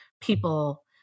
people